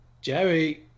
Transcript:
Jerry